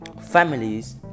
families